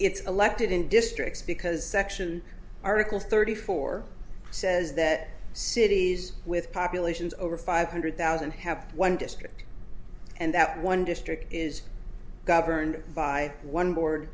it's elected in districts because section article thirty four says that cities with populations over five hundred thousand have one district and that one district is governed by one board